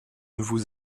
vous